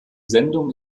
sendung